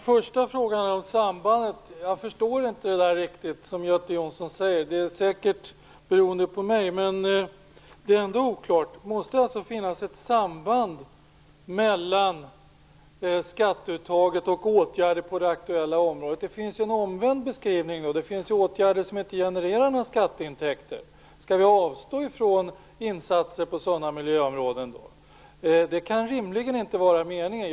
Fru talman! Jag förstår inte riktigt det som Göte Jonsson säger i den första frågan om sambandet. Det beror säkerligen på mig, men det är ändå oklart. Måste det alltså finnas ett samband mellan skatteuttaget och åtgärder på det aktuella området? Det finns också ett omvänt sätt att se detta. Det finns miljöåtgärder som inte genererar några skatteintäkter. Skall vi avstå från insatser på sådana miljöområden? Det kan rimligen inte vara meningen.